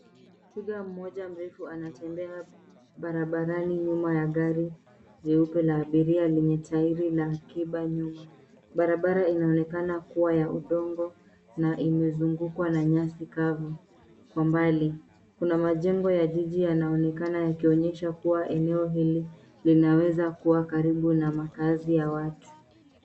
Twiga mmoja mrefu anatembea barabarani nyuma ya gari nyeupe abiria yenye mataili nyuma. Barabara inaonekana kuwa ya udongo na imezugukwa na nyasi kavu. Kwa umbali kuna majengo ya jiji yanaonekana yakionyesha kuwa eneo hili linaweza kuwa karibu na makaazi ya watu.